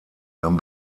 dann